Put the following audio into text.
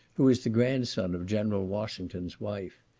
who is the grandson of general washington's wife.